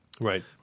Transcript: right